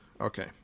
okay